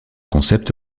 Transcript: concept